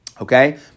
Okay